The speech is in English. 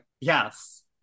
Yes